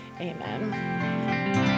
amen